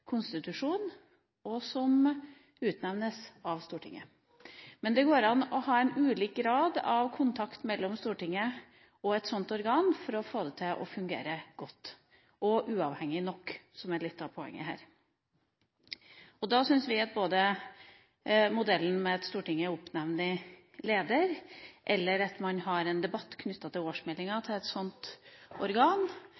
konstitusjon, og som utnevnes av Stortinget. Men det går an å ha en ulik grad av kontakt mellom Stortinget og et sånt organ for å få det til å fungere godt og uavhengig nok – som er litt av poenget her. Da syns vi at modellen med at Stortinget oppnevner leder, eller at man har en debatt knyttet til årsmeldinga